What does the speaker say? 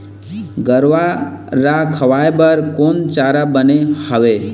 गरवा रा खवाए बर कोन चारा बने हावे?